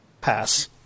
Pass